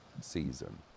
season